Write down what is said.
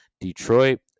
Detroit